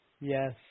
Yes